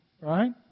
right